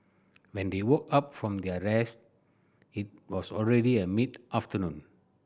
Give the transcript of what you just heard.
when they woke up from their rest it was already a mid afternoon